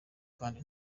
kandi